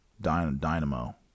dynamo